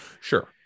Sure